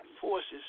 forces